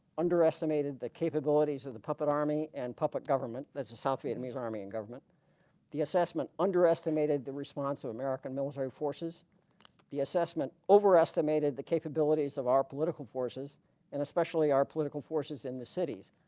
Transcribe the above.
underestimated the capabilities of the puppet army and puppet government that's the south vietnamese army in government the assessment underestimated the response of american military forces the assessment overestimated the capabilities of our political forces and especially our political forces in the cities